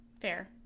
Fair